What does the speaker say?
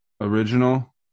Original